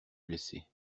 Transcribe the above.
blessés